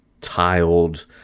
tiled